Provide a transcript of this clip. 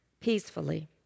peacefully